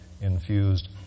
infused